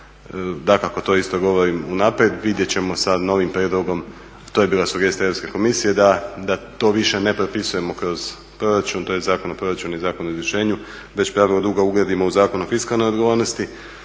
dakako to isto govorim unaprijed, vidjet ćemo sa novim prijedlogom, to je bila sugestija Europske komisije da to više ne propisujemo kroz proračun, to je Zakon o proračunu i Zakon o izvršenju, već pravilo duga ugradimo u Zakon o fiskalnoj odgovornosti,